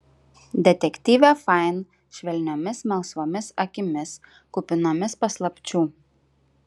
detektyvė fain švelniomis melsvomis akimis kupinomis paslapčių